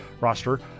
roster